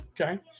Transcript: okay